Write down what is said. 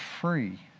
free